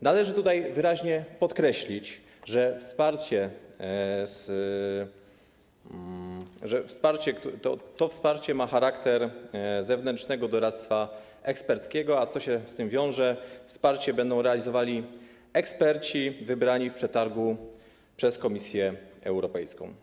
Należy tutaj wyraźnie podkreślić, że to wsparcie ma charakter zewnętrznego doradztwa eksperckiego, a co się z tym wiąże, wsparcie będą realizowali eksperci wyłonieni w przetargu przez Komisję Europejską.